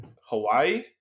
Hawaii